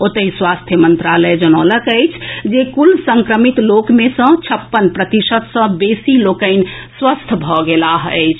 ओतहि स्वास्थ्य मंत्रालय जनौलक अछि जे कुल संक्रमित लोक मे सॅ छप्पन प्रतिशत सॅ बेसी लोकनि स्वस्थ भऽ गेलाह अछि